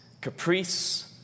caprice